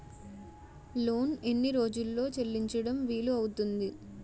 Loan ఎన్ని రోజుల్లో చెల్లించడం వీలు అవుతుంది?